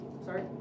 Sorry